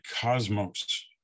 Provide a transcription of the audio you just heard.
cosmos